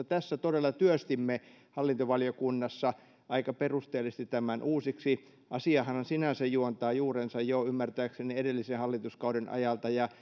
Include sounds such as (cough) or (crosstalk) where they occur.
(unintelligible) tässä todella työstimme hallintovaliokunnassa aika perusteellisesti tämän uusiksi asiahan sinänsä juontaa juurensa ymmärtääkseni jo edellisen hallituskauden ajalta ja (unintelligible)